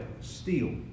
steel